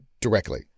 directly